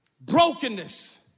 brokenness